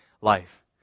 life